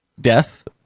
death